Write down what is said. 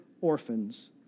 orphans